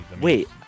Wait